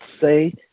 say